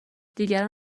دیگران